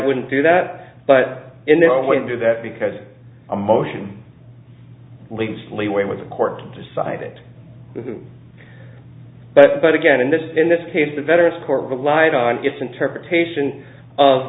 wouldn't do that but in their own way to do that because a motion leads leeway with the court to decide that but but again in this in this case the veterans court relied on its interpretation